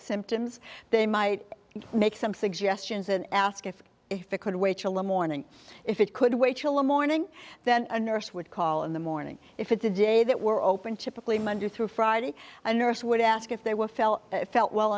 symptoms they might make some suggestions and ask if if it could wait till morning if it could wait till morning then a nurse would call in the morning if it's a day that were open typically monday through friday a nurse would ask if they were fell felt well